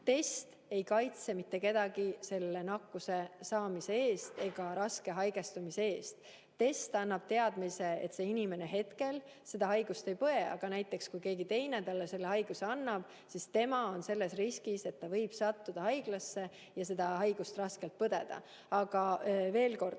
Test ei kaitse mitte kedagi selle nakkuse saamise eest ega raske haigestumise eest. Test annab teadmise, et see inimene hetkel seda haigust ei põe, aga näiteks kui keegi teine talle selle haiguse annab, siis tema on selles riskis, et ta võib sattuda haiglasse ja seda haigust raskelt põdeda. Aga, veel kord,